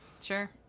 Sure